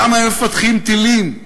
למה הם מפתחים טילים?